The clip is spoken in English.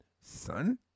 son